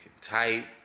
type